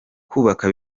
kubaka